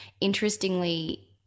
interestingly